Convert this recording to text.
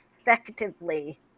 effectively